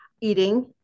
eating